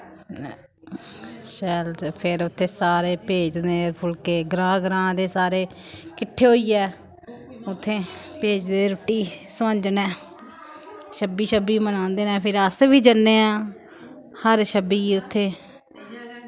शैल ते फिर उत्थै सारे भेजदे फुल्के ग्रां ग्रां दे सारे किट्ठे होइयै उत्थै भेजदे रुट्टी सोआंजने छब्बी छब्बी मनांदे न फिर अस बी जन्ने आं हर छब्बी गी उत्थै